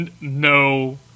No